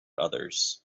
others